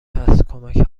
هست، کمک